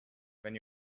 when